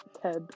Ted